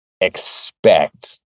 expect